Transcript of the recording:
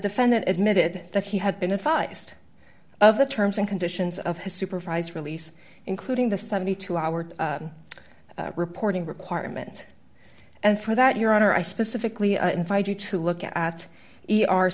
defendant admitted that he had been advised of the terms and conditions of his supervised release including the seventy two hour reporting requirement and for that your honor i specifically invited you to look at e r